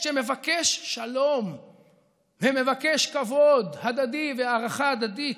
שמבקש שלום ומבקש כבוד הדדי והערכה הדדית?